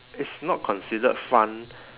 it's not considered fun